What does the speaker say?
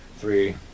three